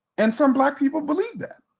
and some black people believe that,